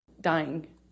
Dying